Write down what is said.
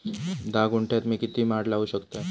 धा गुंठयात मी किती माड लावू शकतय?